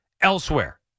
elsewhere